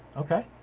okay.